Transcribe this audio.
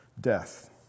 death